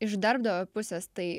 iš darbdavio pusės tai